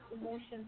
emotions